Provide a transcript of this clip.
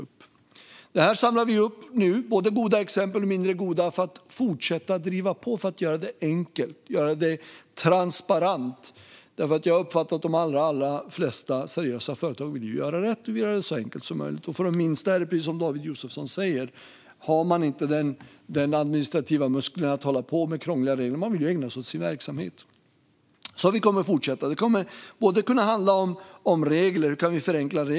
Både goda och mindre goda exempel samlar vi nu upp, för att fortsätta driva på för att göra det enkelt och transparent. Jag uppfattar nämligen att de allra flesta seriösa företagare vill göra rätt och göra det så enkelt som möjligt. För de minsta handlar det, precis som David Josefsson säger, också om att man inte har de administrativa musklerna att hålla på med krångliga regler. Man vill ägna sig åt sin verksamhet. Vi kommer att fortsätta. Det kommer att handla om regler och om vi kan förenkla dessa.